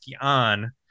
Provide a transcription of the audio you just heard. on